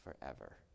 forever